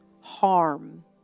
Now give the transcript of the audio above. harm